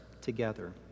together